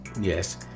yes